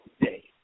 day